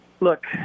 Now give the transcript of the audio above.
Look